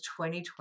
2020